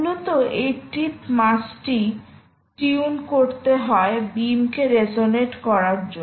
মূলত এই টিপ মাসটি টিউন করতে হয় বিমকে রেজনেট করার জন্য